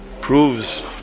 proves